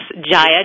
Jaya